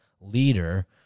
leader